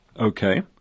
Okay